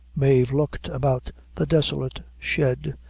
mave looked about the desolate shed,